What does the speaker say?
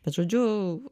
bet žodžiu